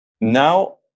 now